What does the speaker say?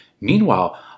Meanwhile